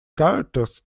characters